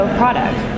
product